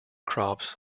crops